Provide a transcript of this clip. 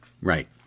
right